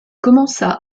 commença